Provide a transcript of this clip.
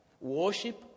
worship